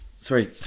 Sorry